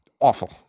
Awful